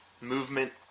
movement